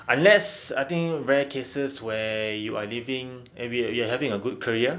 unless I think rare cases where you are living and you're having a good career